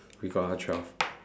we got all twelve